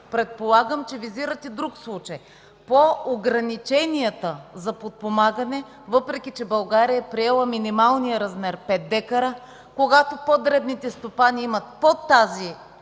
Предполагам, че визирате друг случай – по ограниченията за подпомагане, въпреки че България е приела минималния размер – 5 дка, когато дребните стопани имат под тези